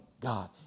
God